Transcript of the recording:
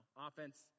offense